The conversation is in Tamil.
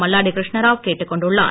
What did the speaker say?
மல்லாடி கிருஷ்ணராவ் கேட்டுக் கொண்டுள்ளார்